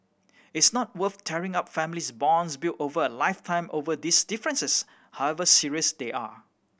it's not worth tearing up family bonds built over a lifetime over these differences however serious they are